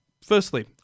firstly